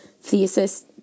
thesis